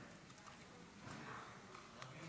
אדוני